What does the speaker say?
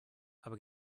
aber